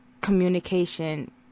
communication